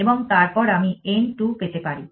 এবং তারপর আমি n 2 পেতে পারি